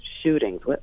shootings